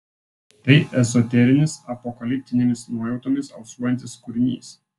tai ezoterinis apokaliptinėmis nuojautomis alsuojantis kūrinys